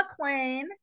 McLean